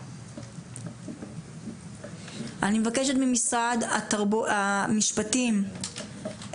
אני מבקשת ממשרד המשפטים,